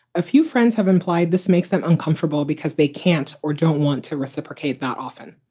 a few friends have implied this makes them uncomfortable because they can't or don't want to reciprocate that often.